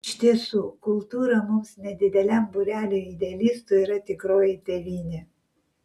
iš tiesų kultūra mums nedideliam būreliui idealistų yra tikroji tėvynė